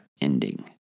ending